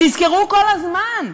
תזכרו כל הזמן: